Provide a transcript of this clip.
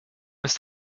ist